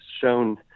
shown